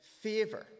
favor